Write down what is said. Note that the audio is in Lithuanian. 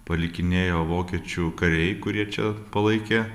palikinėjo vokiečių kariai kurie čia palaikė